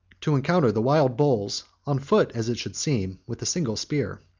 to encounter the wild bulls, on foot as it should seem, with a single spear.